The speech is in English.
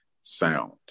Sound